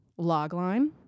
Logline